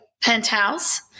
penthouse